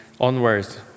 onwards